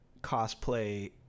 cosplay